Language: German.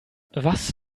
was